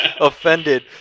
offended